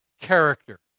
character